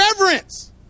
reverence